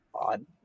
odd